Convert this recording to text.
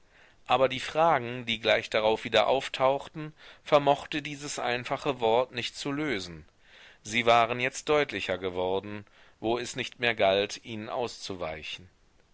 aber die fragen die gleich darauf wieder auftauchten vermochte dieses einfache wort nicht zu lösen sie waren jetzt deutlicher geworden wo es nicht mehr galt ihnen auszuweichen